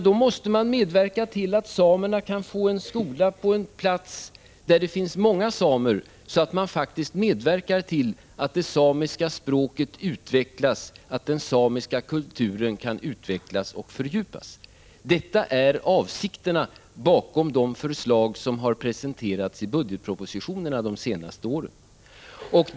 Då måste man se till att samerna kan få en skola på en plats där det finns många samer, så att man faktiskt medverkar till att det samiska språket och den samiska kulturen kan utvecklas och fördjupas. Detta är avsikterna bakom de förslag som har presenterats i budgetpropositionerna de senaste åren.